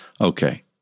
Okay